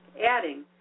adding